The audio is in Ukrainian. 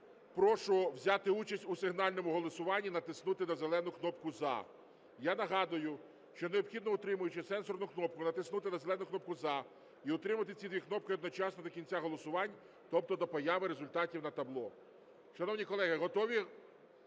прошу взяти участь у сигнальному голосуванні, натиснути на зелену кнопку "за". Я нагадую, що необхідно, утримуючи сенсорну кнопку, натиснути зелену кнопку "за" і утримувати ці дві кнопки одночасно до кінця голосування, тобто до появи результатів на табло. Шановні колеги, готові